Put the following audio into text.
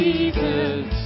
Jesus